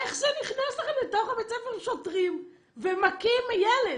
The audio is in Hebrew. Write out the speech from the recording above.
איך נכנסים לכם לתוך בית הספר שוטרים ומכים ילד?